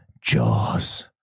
Jaws